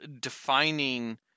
defining